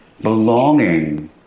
belonging